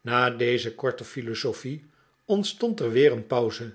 na deze korte philosophie ontstond er weer een pauze